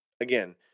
Again